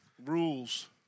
rules